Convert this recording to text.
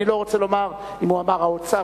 אני לא רוצה לומר אם הוא אמר האוצר,